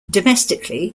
domestically